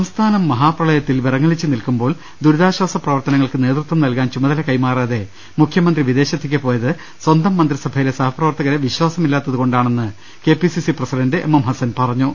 സംസ്ഥാനം മഹാപ്രളയത്തിൽ വിറങ്ങലിച്ച് നിൽക്കുമ്പോൾ ദുരിതാശ്വാസ പ്രവർത്തനങ്ങൾക്ക് നേതൃത്വം നൽകാൻ ചുമതല കൈമാറാതെ മുഖ്യമന്ത്രി വിദേശത്തേക്ക് പോയത് സ്വന്തം മന്ത്രിസ ഭയിലെ സഹപ്രവർത്തകരെ വിശ്വാസമില്ലാത്തത് കൊണ്ടാണെന്ന് K P CC president M M Hassan പറഞ്ഞു